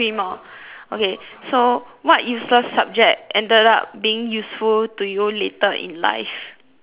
okay so what useless subject ended up being useful to you later in life